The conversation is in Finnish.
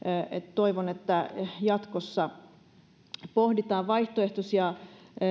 toivon että jatkossa pohditaan vaihtoehtoisia